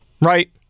right